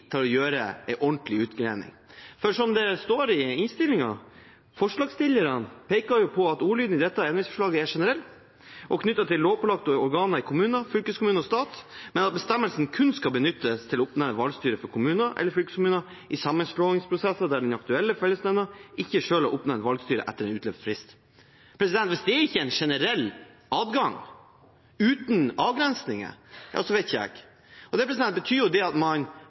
til å gjøre en ordentlig utgreiing. For som det står i innstillingen: «Forslagsstillerne peker på at ordlyden i dette endringsforslaget er generell og knyttet til lovpålagte organer i kommune, fylkeskommune og stat, men at bestemmelsen kun skal benyttes til å oppnevne valgstyre for kommuner eller fylkeskommuner i sammenslåingsprosess der den aktuelle fellesnemnda ikke selv har oppnevnt valgstyre etter en utløpt frist.» Hvis ikke dét er en generell adgang, uten avgrensninger, så vet ikke jeg. Det betyr jo at man